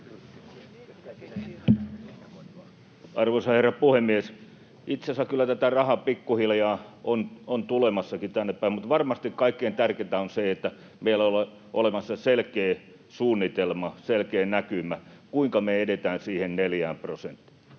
Arvoisa herra puhemies! Itse asiassa kyllä tätä rahaa pikkuhiljaa on tännepäin tulemassakin, mutta varmasti kaikkein tärkeintä on se, että meillä on olemassa selkeä suunnitelma, selkeä näkymä, kuinka me edetään siihen 4 prosenttiin.